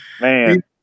man